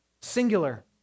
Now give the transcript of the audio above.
Singular